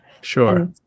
Sure